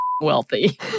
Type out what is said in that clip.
wealthy